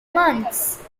months